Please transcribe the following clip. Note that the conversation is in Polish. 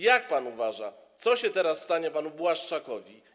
Jak pan uważa, co się teraz stanie panu Błaszczakowi?